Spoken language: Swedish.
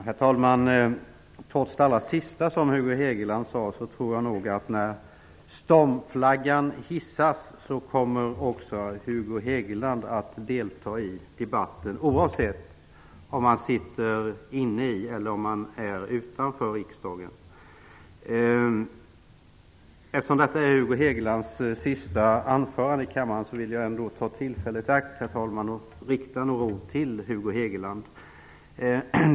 Herr talman! Trots det allra sista som Hugo Hegeland sade tror jag nog att när stormflaggan hissas kommer också Hugo Hegeland att delta i debatten, oavsett om han sitter i eller är utanför riksdagen. Eftersom detta är Hugo Hegelands sista anförande i kammaren vill jag ta tillfället i akt, herr talman, att rikta några ord till Hugo Hegeland.